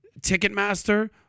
Ticketmaster